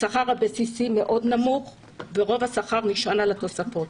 השכר הבסיסי מאוד נמוך ורוב השכר נשען על התוספות.